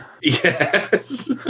Yes